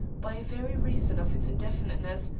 by very reason of its indefiniteness,